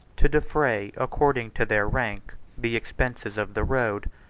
to defray, according to their rank, the expenses of the road,